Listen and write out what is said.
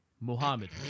Mohammed